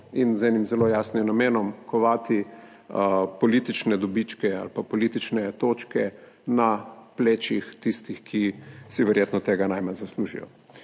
in z enim zelo jasnim namenom, kovati politične dobičke ali pa politične točke na plečih tistih, ki si verjetno tega najmanj zaslužijo.